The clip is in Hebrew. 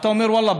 אתה אומר: ואללה,